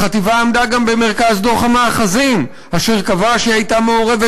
החטיבה עמדה גם במרכז דוח המאחזים אשר קבע שהיא הייתה מעורבת